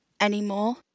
anymore